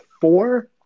four